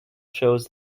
shows